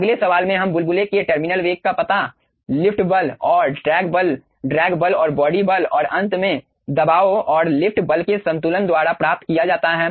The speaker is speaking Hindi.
अगले सवाल में हम बुलबुले के टर्मिनल वेग का पता लिफ्ट बल और ड्रैग बल ड्रैग बल और बॉडी बल और अंत में दबाव और लिफ्ट बल के संतुलन द्वारा प्राप्त किया जाता है